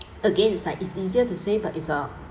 again it's like it's easier to say but it's uh